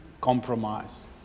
compromise